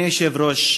אדוני היושב-ראש,